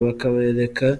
bakabereka